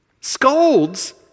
scolds